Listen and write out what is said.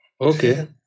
Okay